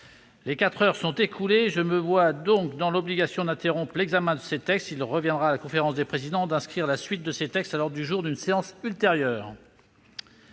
Ce laps de temps étant écoulé, je me vois dans l'obligation d'interrompre l'examen de ces textes. Il reviendra à la conférence des présidents d'inscrire la suite de leur discussion à l'ordre du jour d'une séance ultérieure.